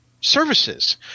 services